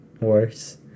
Worse